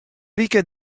wike